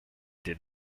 did